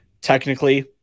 technically